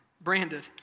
branded